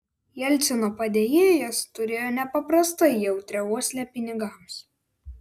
jelcino padėjėjas turėjo nepaprastai jautrią uoslę pinigams